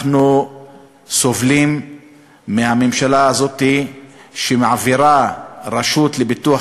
אנחנו סובלים מהממשלה הזאת שמעבירה את הרשות לפיתוח